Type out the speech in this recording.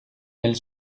elles